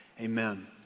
amen